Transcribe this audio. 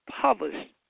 published